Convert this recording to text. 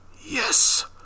Yes